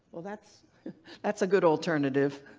well, that's that's a good alternative.